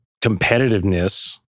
competitiveness